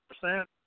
percent